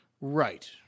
Right